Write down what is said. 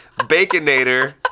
Baconator